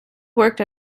worked